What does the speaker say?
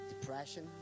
depression